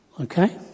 Okay